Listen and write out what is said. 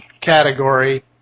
category